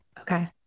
Okay